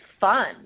fun